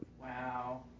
Wow